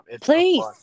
Please